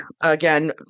again